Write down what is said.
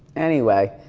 anyway,